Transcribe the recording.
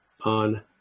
on